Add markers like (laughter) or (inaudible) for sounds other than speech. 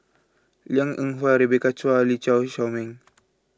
Liang Eng Hwa Rebecca Chua Lee (unintelligible) Shao Meng